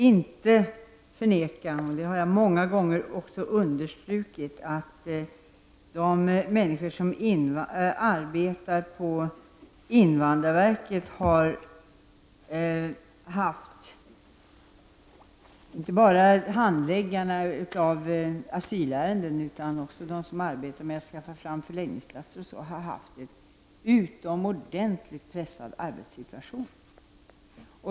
Herr talman! Jag har många gånger understrukit att de som arbetar på invandrarverket -- både de som handlägger asylärenden och de som arbetar med att skaffa fram förläggningsplatser -- har haft en utomordentligt pressad arbetssituation.